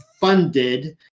funded